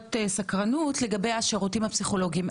שאלת סקרנות לגבי השירותים הפסיכולוגים.